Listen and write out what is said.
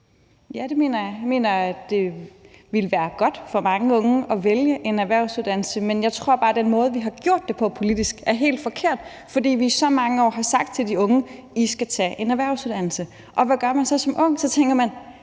Jeg mener, at det ville være godt for mange unge at vælge en erhvervsuddannelse. Men jeg tror bare, at den måde, vi har gjort det på politisk, er helt forkert, fordi vi i så mange år har sagt til de unge: I skal tage en erhvervsuddannelse. Og hvad gør man så som ung? Så tænker man: